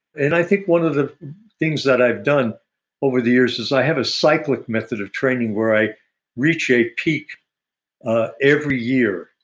and i think one of the things that i've done over the years is i have a cyclic method of training where i reach a peak every year.